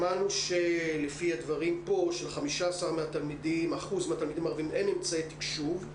שמענו של-15% מהתלמידים הערביים אין אמצעי תקשוב.